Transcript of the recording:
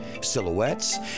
silhouettes